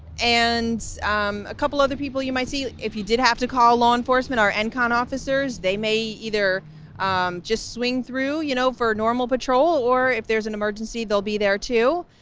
and a couple other people you might see, if you did have to call law enforcement, our encon officers, they may either just swing through you know for a normal patrol, or if there's an emergency, they'll be there too.